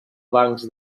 bancs